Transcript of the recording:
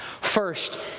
First